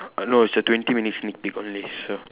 uh no it's a twenty minute sneak peak only so